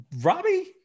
Robbie